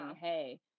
hey